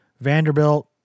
Vanderbilt